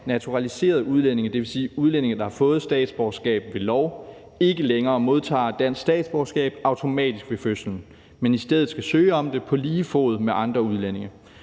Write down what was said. naturaliserede udlændinge, dvs. udlændinge, der har fået statsborgerskab ved lov, ikke længere modtager dansk statsborgerskab automatisk ved fødslen, men i stedet skal søge om det på lige fod med andre udlændinge.